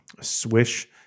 swish